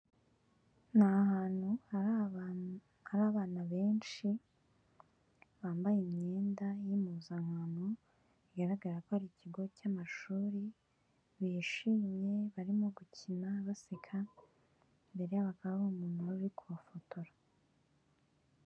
Ni ahantu hari abana benshi bambaye imyenda y'impuzankano, bigaragara ko ari ikigo cy'amashuri, bishimye barimo gukina, baseka, imbere yabo hakaba hari umuntu wari uri kubafotora.